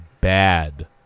bad